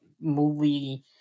movie